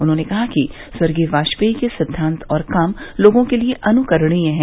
उन्होंने कहा कि स्वर्गीय वाजपेई के सिद्वान्त और काम लोगों के लिये अनुकरणीय हैं